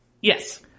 Yes